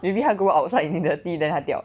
maybe 它 grow outside 你的 teeth then 它掉了